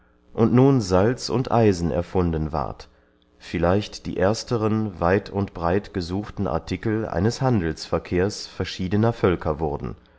und nun salz und eisen erfunden ward vielleicht die ersteren weit und breit gesuchten artikel eines handelsverkehrs verschiedener völker wurden